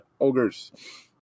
ogres